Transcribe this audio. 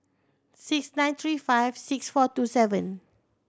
six nine three five six four two seven